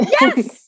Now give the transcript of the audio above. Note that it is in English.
Yes